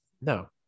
No